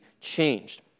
changed